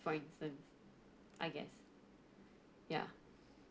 for instance I guess ya